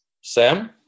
Sam